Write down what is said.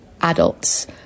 adults